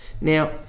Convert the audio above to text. Now